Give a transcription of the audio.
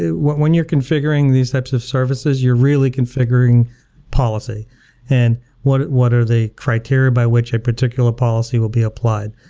when you're configuring these types of services, you're really configuring policy and what what are the criteria by which a particular policy will be applied.